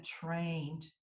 trained